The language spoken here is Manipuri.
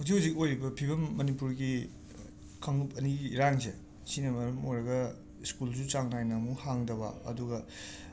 ꯍꯧꯖꯤꯛ ꯍꯧꯖꯤꯛ ꯑꯣꯏꯔꯤꯕ ꯐꯤꯕꯝ ꯃꯅꯤꯄꯨꯔꯒꯤ ꯀꯥꯡꯂꯨꯞ ꯑꯅꯤꯒꯤ ꯏꯔꯥꯡꯁꯦ ꯁꯤꯅ ꯃꯔꯝ ꯑꯣꯏꯔꯒ ꯁ꯭ꯀꯨꯜꯁꯨ ꯆꯥꯡ ꯅꯥꯏꯅ ꯍꯥꯡꯗꯕ